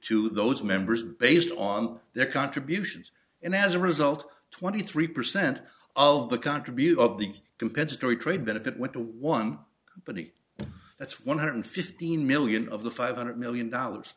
to those members based on their contributions and as a result twenty three percent of the contribution of the compensatory trade benefit went to one but it that's one hundred fifteen million of the five hundred million dollars